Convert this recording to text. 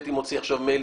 הייתי מוציא עכשיו מייל,